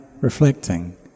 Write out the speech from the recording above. reflecting